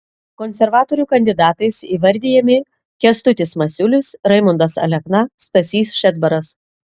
konservatorių kandidatais įvardijami kęstutis masiulis raimundas alekna stasys šedbaras